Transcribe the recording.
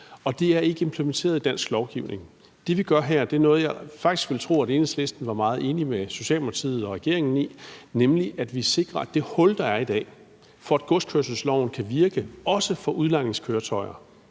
og det er ikke implementeret i dansk lovgivning. Det, vi gør her, er noget, jeg faktisk ville tro at Enhedslisten var meget enig med Socialdemokratiet og regeringen i, nemlig at med hensyn til det hul, der er i dag, i forhold til at godskørselsloven også kan virke for udlejningskøretøjer,